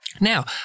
Now